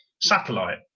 Satellite